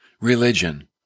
religion